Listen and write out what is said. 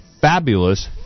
fabulous